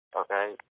okay